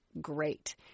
great